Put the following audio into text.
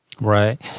Right